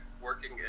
working